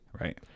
right